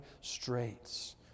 straits